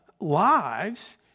lives